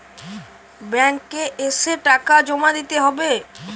Bank এ এসে টাকা জমা দিতে হবে?